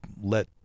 let